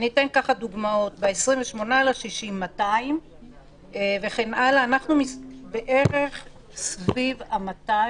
ב-28 ביוני 200. אנחנו סביב 200,